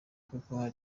kuko